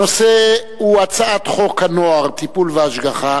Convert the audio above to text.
הנושא הוא הצעת חוק הנוער (טיפול והשגחה)